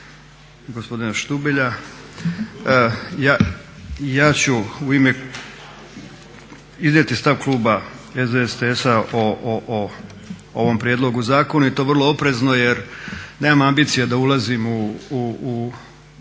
gospodina Štubelja. Ja ću u ime, iznijeti stav kluba SDSS-a o ovom prijedlogu zakona i to vrlo oprezno, jer nemam ambicija da ulazim u struku.